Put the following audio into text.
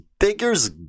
figures